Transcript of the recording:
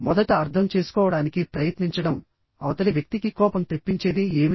మొదట అర్థం చేసుకోవడానికి ప్రయత్నించడం అవతలి వ్యక్తికి కోపం తెప్పించేది ఏమిటి